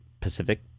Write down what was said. Pacific